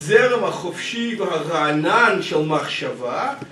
זרם החופשי והרענן של מחשבה